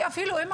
זה לא יעזור אם